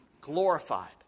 glorified